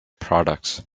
products